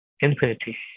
infinity